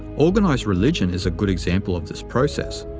organized religion is a good example of this process,